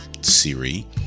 Siri